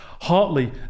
Hartley